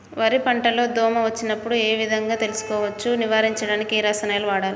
వరి పంట లో దోమ వచ్చినప్పుడు ఏ విధంగా తెలుసుకోవచ్చు? నివారించడానికి ఏ రసాయనాలు వాడాలి?